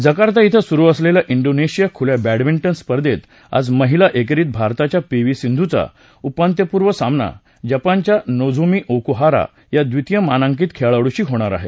Jakarta ध्वे सुरू असलेल्या डोनेशिया खुल्या बॅडमिंटन स्पर्धेत आज महिला एकेरीत भारताच्या पी व्ही सिंधूचा उपांत्यपूर्व सामना जपानच्या नोझोमी ओकुहारा या द्वितीय मानांकित खेळाडूशी होणार आहे